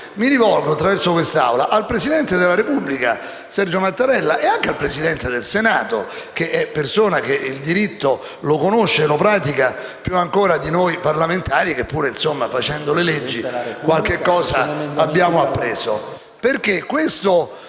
mi rivolgo, attraverso questa Assemblea, al presidente della Repubblica, Sergio Mattarella, e anche al Presidente del Senato, che è persona che il diritto lo conosce e lo pratica ancora più di noi parlamentari che pure, facendo le leggi, qualcosa abbiamo appreso.